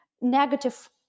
negative